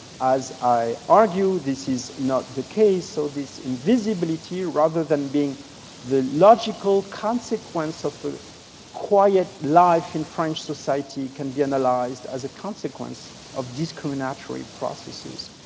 as i argue, this is not the case, so this invisibility, rather than being the logical consequence of a quiet life in french society, can be analyzed as a consequence of discriminatory processes.